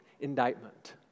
indictment